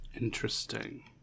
interesting